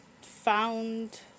found